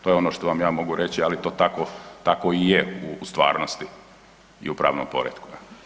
To je ono što vam ja mogu reći, ali to tako i je u stvarnosti i u pravnom poretku.